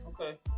Okay